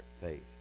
faith